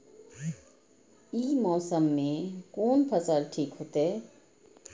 ई मौसम में कोन फसल ठीक होते?